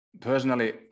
personally